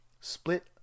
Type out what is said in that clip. Split